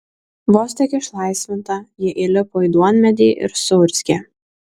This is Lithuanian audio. vos tik išlaisvinta ji įlipo į duonmedį ir suurzgė